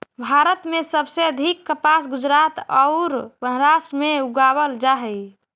भारत में सबसे अधिक कपास गुजरात औउर महाराष्ट्र में उगावल जा हई